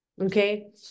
okay